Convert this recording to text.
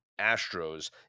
Astros